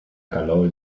calor